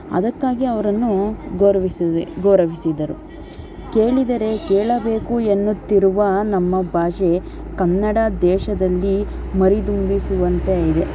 ಅದಕ್ಕಾಗಿ ಅವರನ್ನು ಗೌರವಿಸಿದೆ ಗೌರವಿಸಿದರು ಕೇಳಿದರೆ ಕೇಳಬೇಕು ಎನ್ನುತ್ತಿರುವ ನಮ್ಮ ಭಾಷೆ ಕನ್ನಡ ದೇಶದಲ್ಲಿ ಮರಿದುಂಬಿಸುವಂತೆ ಇದೆ